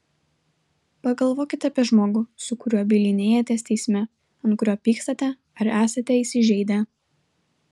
pagalvokite apie žmogų su kuriuo bylinėjatės teisme ant kurio pykstate ar esate įsižeidę